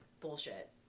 bullshit